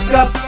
up